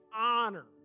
honor